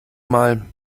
mal